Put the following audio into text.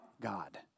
God